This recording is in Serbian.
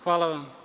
Hvala vam.